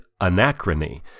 Anachrony